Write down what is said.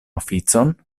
oficon